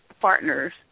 partners